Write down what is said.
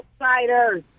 outsiders